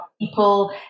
people